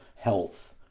health